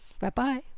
bye-bye